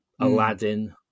Aladdin